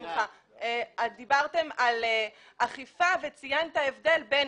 גבייה, דיברתם על אכיפה; וגל פרויקט ציין הבדל בין